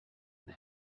and